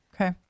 Okay